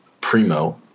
primo